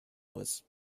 was